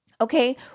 okay